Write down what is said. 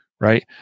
right